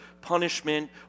punishment